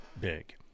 big